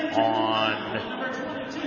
on